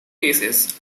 cases